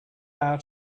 hour